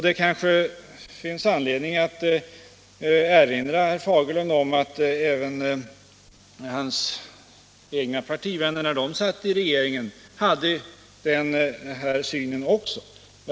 Det kanske finns anledning att erinra herr Fagerlund om att hans egna partivänner såg det på samma sätt när de satt i regeringen.